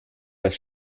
das